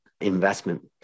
investment